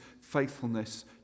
faithfulness